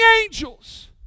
angels